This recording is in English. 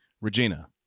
Regina